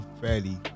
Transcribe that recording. fairly